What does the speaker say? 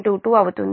22 అవుతుంది